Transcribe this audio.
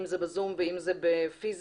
אם זה ב-זום ואם זה פיזית.